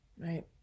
right